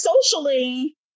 socially